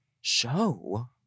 show